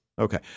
Okay